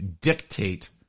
dictate